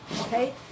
okay